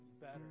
better